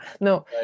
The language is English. No